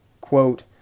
quote